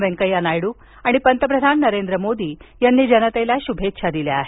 वेंकय्या नायडू आणि पंतप्रधान नरेंद्र मोदी यांनी जनतेला शुभेच्छा दिल्या आहेत